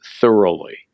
thoroughly